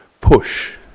push